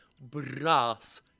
brass